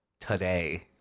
today